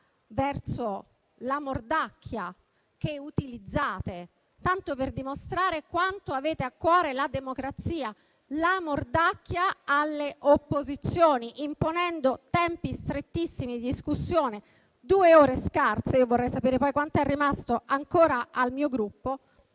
alla mordacchia che utilizzate, tanto per dimostrare quanto avete a cuore la democrazia; avete messo la mordacchia alle opposizioni, imponendo tempi strettissimi di discussione: due ore scarse. Aggiungo che vorrei sapere quanto tempo è rimasto ancora al mio Gruppo.